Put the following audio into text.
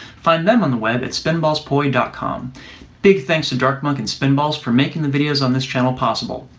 find them on the web at spinballspoi dot com big thanks to dark monk and spinballs for making the videos on this channel possible.